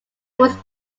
was